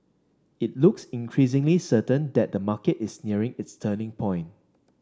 it looks increasingly certain that the market is nearing its turning point